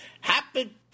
Happy